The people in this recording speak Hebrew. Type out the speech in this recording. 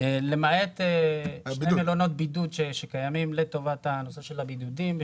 למעט שני מלונות בידוד שקיימים לטובת הנושא של הבידודים.